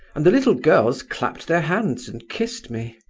and the little girls clapped their hands and kissed me.